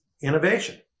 innovation